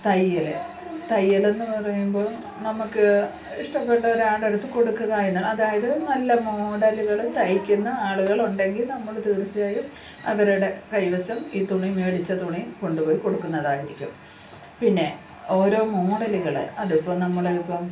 തയ്യൽ തയ്യലെന്ന് പറയുമ്പോൾ നമുക്ക് ഇഷ്ടപ്പെട്ട ഒരാളുടെ അടുത്ത് കൊടുക്കുക എന്നത് അതായത് നല്ല മോഡലുകൾ തയ്ക്കുന്ന ആളുകുണ്ടെങ്കിൽ നമ്മൾ തീർച്ചയായും അവരുടെ കൈവശം ഈ തുണി മേടിച്ച തുണി കൊണ്ടുപോയി കൊടുക്കുന്നതായിരിക്കും പിന്നെ ഓരോ മോഡലുകൾ അതിപ്പം നമ്മൾ ഇപ്പം